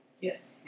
Yes